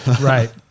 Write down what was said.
Right